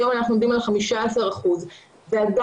היום אנחנו עומדים על 15 אחוזים.